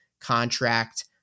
contract